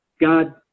God